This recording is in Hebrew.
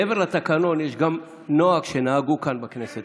הוא שמעבר לתקנון יש גם נוהג שנהגו כאן בכנסת.